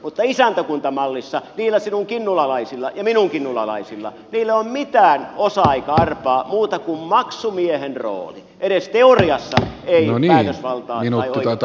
mutta isäntäkuntamallissa niillä sinun kinnulalaisillasi ja minun kinnulalaisillani ei ole mitään osaa eikä arpaa muuta kuin maksumiehen rooli edes teoriassa ei päätösvaltaa tai oikeutta vaikuttaa